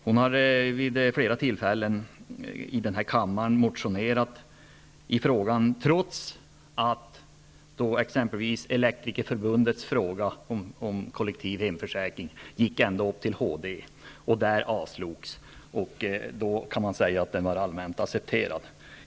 Hon har vid flera tillfällen i denna kammare motionerat i frågan, trots att exempelvis Elektrikerförbundets fråga om kollektiv hemförsäkring gick ända upp till HD och där avslogs. Man kan säga att den kollektiva hemförsäkringen då var allmänt accepterad.